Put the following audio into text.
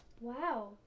Wow